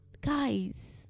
Guys